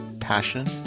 passion